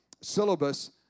syllabus